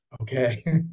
okay